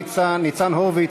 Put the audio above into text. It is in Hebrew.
ניצן הורוביץ,